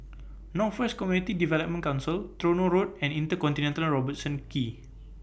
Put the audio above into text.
North West Community Development Council Tronoh Road and InterContinental Robertson Quay